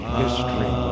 history